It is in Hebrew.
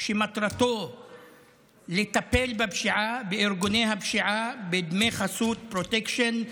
שמטרתו לטפל בארגוני הפשיעה, בדמי חסות, בפרוטקשן,